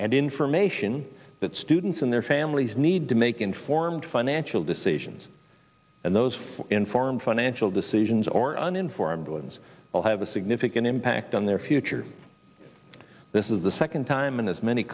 and information that students and their families need to make informed financial decisions and those informed financial decisions or uninformed ones will have a significant impact on their future this is the second time in as many